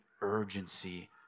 urgency